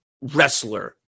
wrestler